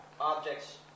objects